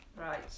Right